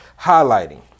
highlighting